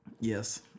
Yes